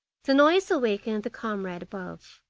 the noise awakened the comrade above,